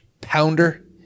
Pounder